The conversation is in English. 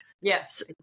Yes